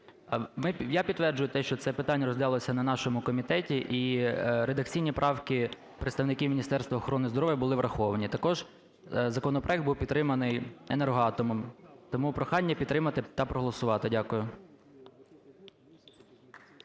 Я підтверджую те, що це питання розглядалося на нашому комітеті і редакційні правки представників Міністерства охорони здоров'я були враховані. Також законопроект був підтриманий "Енергоатомом", тому прохання підтримати та проголосувати. Дякую.